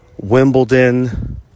Wimbledon